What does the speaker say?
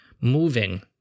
moving